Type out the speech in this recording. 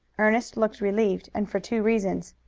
ernest looked relieved and for two reasons.